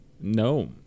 No